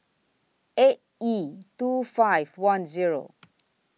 eight E two five one Zero